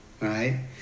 right